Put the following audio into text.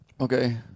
okay